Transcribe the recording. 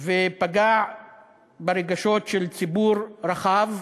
ופגע ברגשות של ציבור רחב.